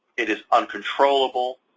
it is uncontrollable.